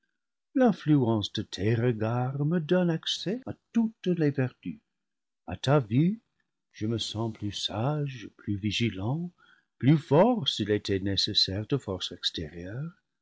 l'influence de tes regards me donne accès à toutes les vertus à ta vue je me sens plus sage plus vigilant plus fort s'il était nécessaire de force extérieure